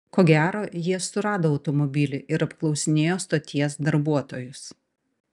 ko gero jie surado automobilį ir apklausinėjo stoties darbuotojus